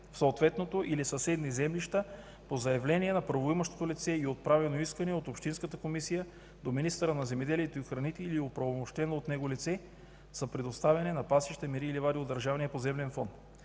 в съответното или съседни землища по заявление на правоимащото лице или отправено искане от общинската комисия до министъра на земеделието и храните, или упълномощено от него лице за предоставяне на пасища, мери и ливади от Държавния поземлен фонд.